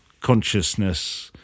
consciousness